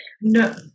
No